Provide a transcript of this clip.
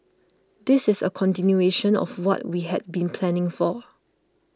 this is a continuation of what we had been planning for